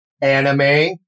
anime